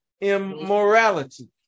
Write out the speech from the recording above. immorality